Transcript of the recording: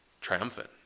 triumphant